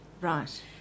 Right